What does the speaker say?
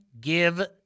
give